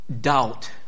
doubt